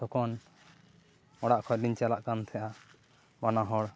ᱛᱚᱠᱷᱚᱱ ᱚᱲᱟᱜ ᱠᱷᱚᱡ ᱞᱤᱧ ᱪᱟᱞᱟᱜ ᱠᱟᱱ ᱛᱟᱦᱮᱸᱜᱼᱟ ᱵᱟᱱᱟ ᱦᱚᱲ